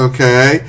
Okay